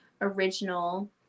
original